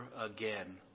again